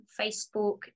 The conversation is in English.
facebook